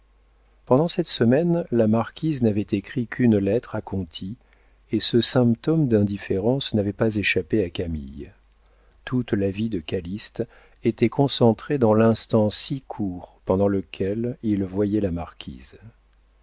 pendant cette semaine la marquise n'avait écrit qu'une lettre à conti et ce symptôme d'indifférence n'avait pas échappé à camille toute la vie de calyste était concentrée dans l'instant si court pendant lequel il voyait la marquise